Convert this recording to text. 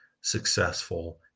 successful